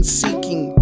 seeking